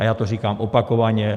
A já to říkám opakovaně.